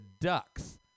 ducks